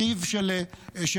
אחיו של נביה,